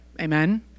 Amen